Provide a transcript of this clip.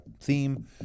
theme